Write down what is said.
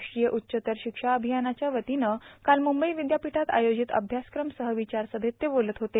राष्ट्रीय उच्चतर शिक्षा अभियानच्या वतीनं काल म्ंबई विद्यापीठात आयोजित अभ्यासक्रम सहविचार सभेत ते बोलत होते